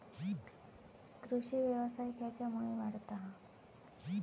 कृषीव्यवसाय खेच्यामुळे वाढता हा?